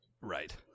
Right